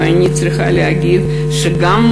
ואני צריכה להגיד שאותו